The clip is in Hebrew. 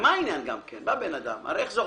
איך זה עובד?